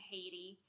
Haiti